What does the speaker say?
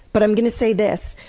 but i'm going to say this.